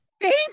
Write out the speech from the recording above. thank